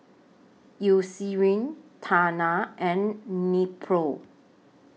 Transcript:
Eucerin Tena and Nepro